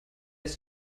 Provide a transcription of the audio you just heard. ist